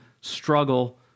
struggle